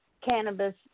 cannabis